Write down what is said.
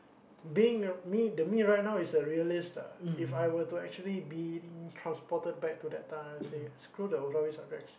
being uh being the me right now is a realist ah If I were to actually be transported back to the time say screw the Arabic subjects